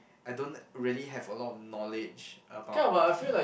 I don't really have a lot of knowledge about like